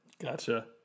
Gotcha